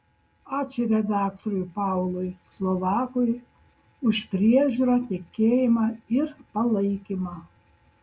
ačiū redaktoriui paului slovakui už priežiūrą tikėjimą ir palaikymą